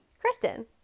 Kristen